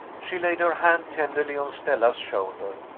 she laid her hand tenderly on stella's shoulder,